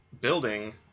building